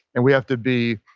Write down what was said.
and we have to be,